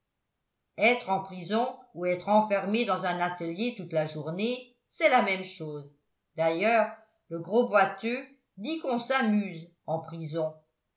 être en prison ou être enfermé dans un atelier toute la journée c'est la même chose d'ailleurs le gros boiteux dit qu'on s'amuse en prison